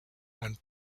and